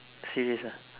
serious ah